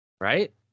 right